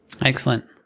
Excellent